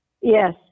Yes